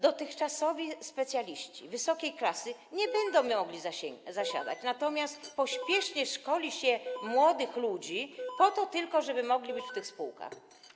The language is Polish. Dotychczasowi specjaliści, wysokiej klasy, nie będą mogli tam zasiadać, natomiast pospiesznie szkoli się młodych ludzi po to tylko, żeby mogli być w tych spółkach.